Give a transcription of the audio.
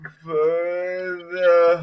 further